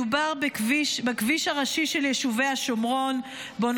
מדובר בכביש הראשי של יישובי השומרון שבו